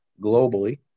globally